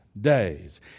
days